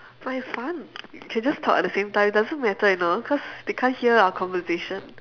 but it's fun we can just talk at the same time doesn't matter you know cause they can't hear our conversation